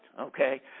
Okay